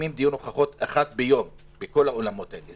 מקיימים דיון הוכחות אחד ביום בכל האולמות האלה,